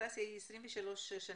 נמצאת בארץ 23 שנים,